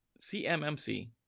CMMC